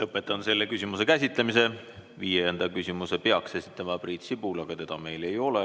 Lõpetan selle küsimuse käsitlemise. Viienda küsimuse peaks esitama Priit Sibul, aga teda ei ole